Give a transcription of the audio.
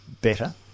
better